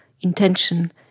intention